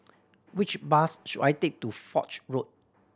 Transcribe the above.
which bus should I take to Foch Road